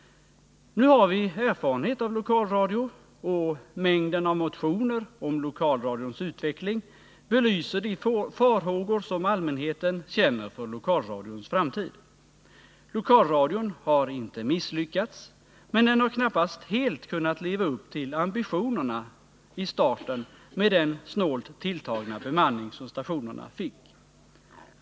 Nu har vi erfarenhet av lokalradio, och mängden av motioner om lokalradions utveckling belyser de farhågor som allmänhetens känner för lokalradions framtid. Lokalradion har inte misslyckats, men den har knappast helt kunnat leva upp till ambitionerna i starten med den snålt tilltagna bemanning som stationerna fick.